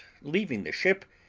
leaving the ship,